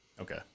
okay